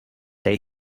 they